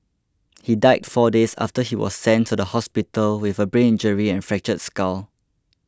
he died four days after he was sent to hospital with a brain injury and fractured skull